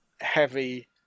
heavy